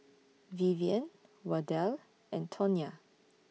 Vivian Wardell and Tonya